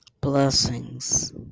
Blessings